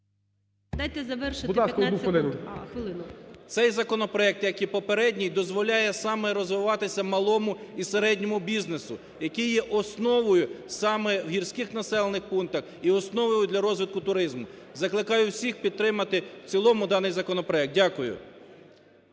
А, хвилину. СОЛОВЕЙ Ю.І. Цей законопроект як і попередній дозволяє саме розвиватися малому і середньому бізнесу, який є основою саме в гірських населених пунктах і основою для розвитку туризму. Закликаю всіх підтримати в цілому даний законопроект. Дякую.